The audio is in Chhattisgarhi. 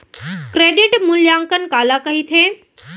क्रेडिट मूल्यांकन काला कहिथे?